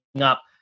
up